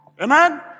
Amen